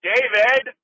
David